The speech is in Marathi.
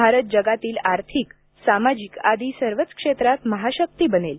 भारत जगातील आर्थिक सामाजिक आदी सर्वच क्षेत्रात महाशक्ती बनेल